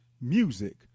music